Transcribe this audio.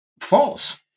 false